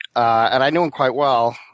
and i knew him quite well,